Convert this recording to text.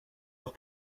leur